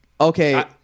okay